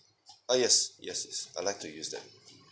uh yes yes yes I'd like to use that